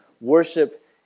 worship